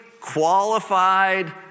qualified